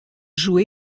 joue